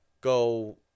go